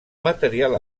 material